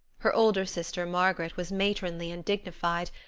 her older sister, margaret, was matronly and dignified,